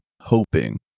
hoping